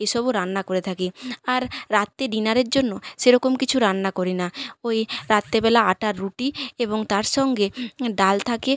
এসবও রান্না করে থাকি আর রাত্রে ডিনারের জন্য সেরকম কিছু রান্না করি না ওই রাত্রিবেলা আটার রুটি এবং তার সঙ্গে ডাল থাকে